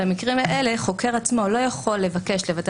במקרים האלה החוקר עצמו לא יכול לבקש לוותר